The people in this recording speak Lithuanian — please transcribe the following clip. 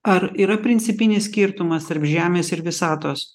ar yra principinis skirtumas tarp žemės ir visatos